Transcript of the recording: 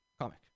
comic